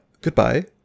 goodbye